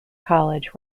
college